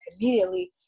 immediately